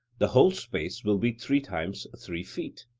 the whole space will be three times three feet?